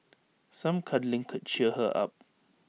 some cuddling could cheer her up